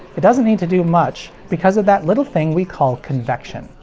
it doesn't need to do much because of that little thing we call convection.